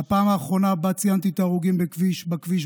מהפעם האחרונה שבה ציינתי את ההרוגים בכבישים,